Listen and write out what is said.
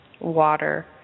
water